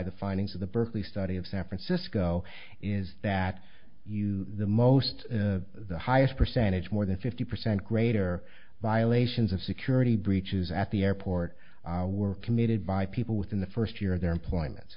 the findings of the berkeley study of san francisco is that you the most the highest percentage more than fifty percent greater violations of security breaches at the airport were committed by people within the first year of their employment